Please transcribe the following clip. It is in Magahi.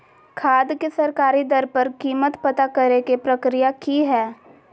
खाद के सरकारी दर पर कीमत पता करे के प्रक्रिया की हय?